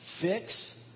Fix